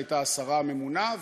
שהייתה השרה הממונה,